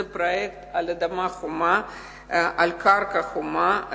זה פרויקט על קרקע חומה,